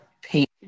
paint